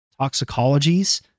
toxicologies